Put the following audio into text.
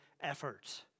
efforts